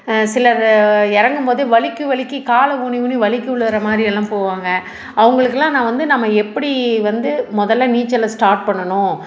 சிலது இறங்கும் போது வழுக்கி வழுக்கி காலை ஊனி ஊனி வழுக்கி விழுற மாதிரி எல்லாம் போவாங்க அவங்களுக்குலாம் நான் வந்து நாம் எப்படி வந்து முதல்ல நீச்சலை ஸ்டார்ட் பண்ணணும்